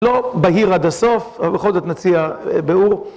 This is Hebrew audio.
לא בהיר עד הסוף, אבל בכל זאת נציע באור.